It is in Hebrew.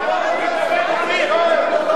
הוא ידבר כמה שצריך.